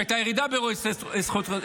שהייתה ירידה באירועי חסות,